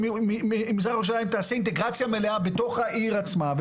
שמזרח ירושלים תעשה אינטגרציה מלאה בתוך העיר עצמה,